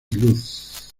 luz